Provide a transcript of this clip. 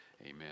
amen